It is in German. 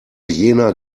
jener